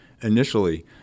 initially